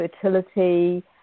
fertility